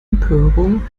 empörung